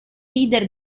leader